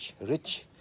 rich